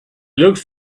looked